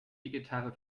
gitarre